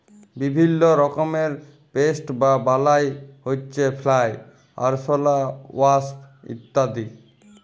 বিভিল্য রকমের পেস্ট বা বালাই হউচ্ছে ফ্লাই, আরশলা, ওয়াস্প ইত্যাদি